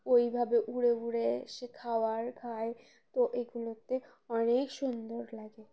ওইভাবে উড়ে উড়ে সে খাওয়ার খায় তো এগুলোতে অনেক সুন্দর লাগে